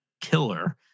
killer